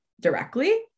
directly